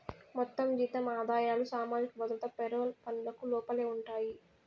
మొత్తం జీతం ఆదాయాలు సామాజిక భద్రత పెరోల్ పనులకు లోపలే ఉండాయి